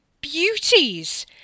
Beauties